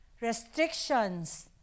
Restrictions